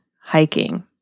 hiking